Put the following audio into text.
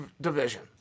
division